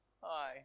Hi